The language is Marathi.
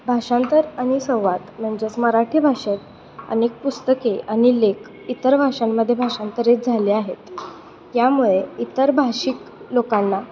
भाषांतर आणि संवाद म्हणजेच मराठी भाषेत अनेक पुस्तके आणि लेख इतर भाषांमध्ये भाषांतरित झाले आहेत यामुळे इतर भाषिक लोकांना